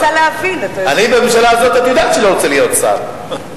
את יודעת שאני לא רוצה להיות שר בממשלה הזאת,